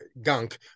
gunk